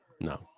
No